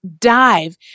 dive